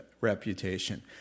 reputation